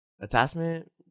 attachment